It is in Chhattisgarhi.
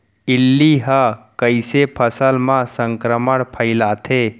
इल्ली ह कइसे फसल म संक्रमण फइलाथे?